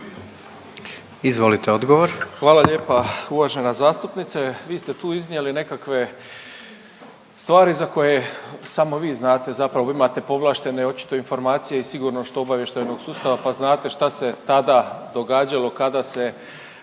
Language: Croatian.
Ivan (HDZ)** Hvala lijepa uvažena zastupnice. Vi ste tu iznijeli nekakve stvari za koje samo vi znate zapravo imate povlaštene očito informacije i sigurnosno obavještajnog sustava pa znate šta se tada događalo kada se